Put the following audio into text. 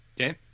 okay